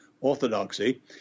Orthodoxy